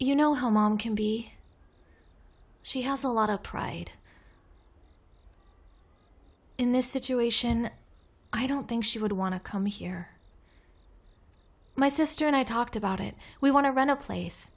you know how mom can be she has a lot of pride in this situation i don't think she would want to come here my sister and i talked about it we want to run a place